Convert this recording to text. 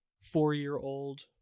four-year-old